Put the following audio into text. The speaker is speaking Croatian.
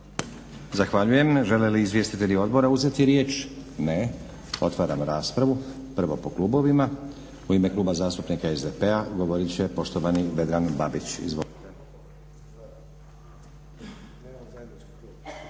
Zahvaljujem. Žele li izvjestitelji odbora uzeti riječ? Ne. Otvaram raspravu. Prvo po klubovima. U ime Kluba zastupnika SDP-a govorit će poštovani Vedran Babić.